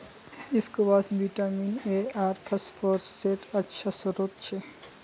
squash vitamin A आर फस्फोरसेर अच्छा श्रोत छ